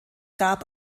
gab